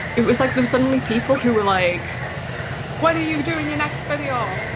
it was like there's suddenly people who were like when you doing your next video?